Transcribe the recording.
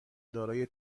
دارای